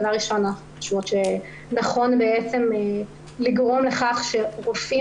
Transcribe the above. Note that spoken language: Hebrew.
דבר ראשון אנחנו חושבות שנכון לגרום לכך שרופאים